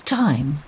time